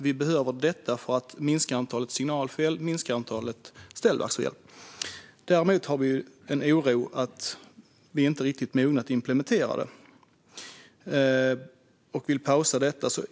Vi behöver det här för att minska antalet signalfel och ställverksfel. Däremot har Sverigedemokraterna en oro över att Sverige inte är riktigt moget att implementera detta. Vi vill därför pausa det hela.